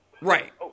Right